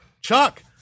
Chuck